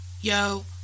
yo